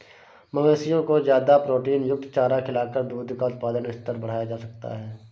मवेशियों को ज्यादा प्रोटीनयुक्त चारा खिलाकर दूध का उत्पादन स्तर बढ़ाया जा सकता है